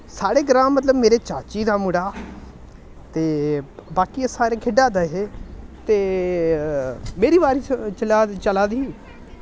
साढ़े ग्रां मतलब मेरे चाची दा मुड़ा ते बाकी अस सारे खेढा दे हे ते मेरी बारी जिल्लै चला दी ही